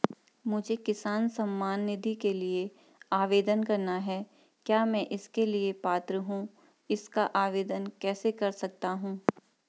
मुझे किसान सम्मान निधि के लिए आवेदन करना है क्या मैं इसके लिए पात्र हूँ इसका आवेदन कैसे कर सकता हूँ?